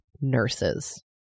nurses